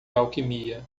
alquimia